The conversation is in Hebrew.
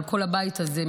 על כל הבית הזה,